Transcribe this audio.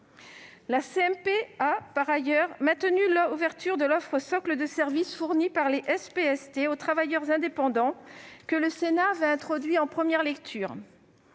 a, par ailleurs, maintenu l'ouverture de l'offre socle de services fournis par les SPST aux travailleurs indépendants, que le Sénat avait introduite en première lecture.